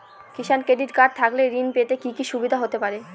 কিষান credit card থাকলে ঋণ পেতে কি কি সুবিধা হতে পারে?